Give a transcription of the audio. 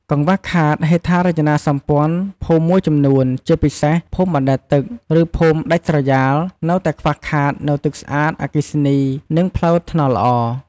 កង្វះខាតហេដ្ឋារចនាសម្ព័ន្ធ ភូមិមួយចំនួន ជាពិសេសភូមិបណ្ដែតទឹក ឬភូមិដាច់ស្រយាលនៅតែខ្វះខាតនូវ ទឹកស្អាត អគ្គិសនី និងផ្លូវថ្នល់ល្អ។